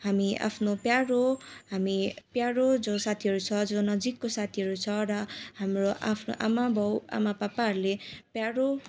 हामी आफ्नो प्यारो हामी प्यारो जो साथीहरू छ जो नजिकको साथीहरू छ र हाम्रो आफ्नो आमा बाउ आमा पापाहरूले प्यारो